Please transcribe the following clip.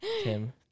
Tim